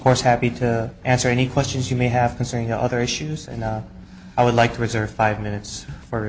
course happy to answer any questions you may have concerning the other issues and i would like to reserve five minutes for